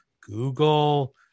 google